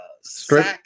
strip